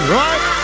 right